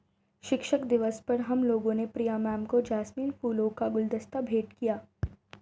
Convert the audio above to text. शिक्षक दिवस पर हम लोगों ने प्रिया मैम को जैस्मिन फूलों का गुलदस्ता भेंट किया